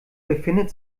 befindet